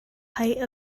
height